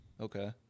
Okay